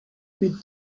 bit